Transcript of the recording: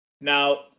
Now